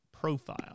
profile